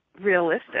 realistic